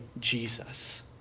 Jesus